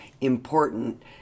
important